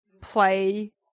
play